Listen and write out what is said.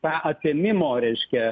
tą atėmimo reiškia